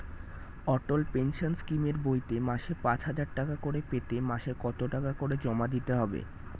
অটল pension স্কিমের বইতে মাসে পাঁচ হাজার টাকা করে পেতে মাসে কত টাকা করে জমা দিতে হবে?